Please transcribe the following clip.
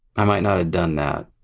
i might not have done that.